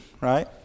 Right